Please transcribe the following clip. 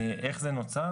איך זה נוצר?